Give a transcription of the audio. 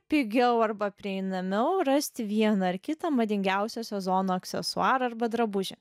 pigiau arba prieinamiau rasti vieną ar kitą madingiausią sezono aksesuarą arba drabužį